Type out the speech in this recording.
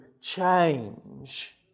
change